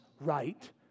right